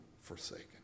forsaken